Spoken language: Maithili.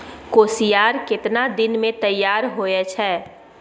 कोसियार केतना दिन मे तैयार हौय छै?